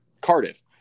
Cardiff